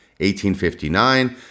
1859